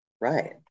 Right